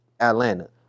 Atlanta